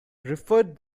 referred